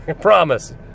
promise